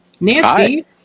Nancy